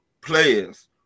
players